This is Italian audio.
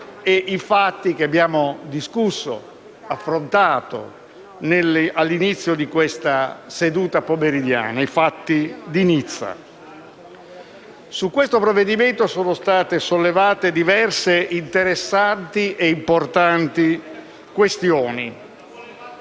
di Nizza che abbiamo discusso e affrontato all'inizio di questa seduta pomeridiana. Su questo provvedimento sono state sollevate diverse, interessanti e importanti questioni.